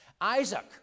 Isaac